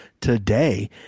today